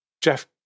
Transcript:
jeff